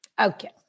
Okay